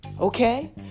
Okay